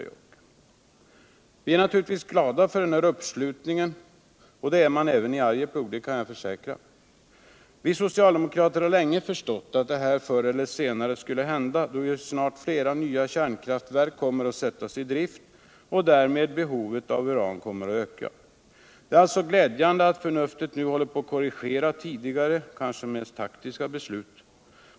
Vi socialdemokrater är naturligtvis glada för denna uppslutning, och det är man även i Arjeplog. Vi socialdemokrater har länge förstått att det här förr eller senare skulle hända, då ju Mera nya kärnkraftverk snart kommer att sättas i drift och behovet av uran därmed kommer au öka. Det är alltså glädjande att förnuftet nu håller på att korrigera tidigare, kanske mest taktiska, beslut.